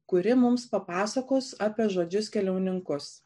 kuri mums papasakos apie žodžius keliauninkus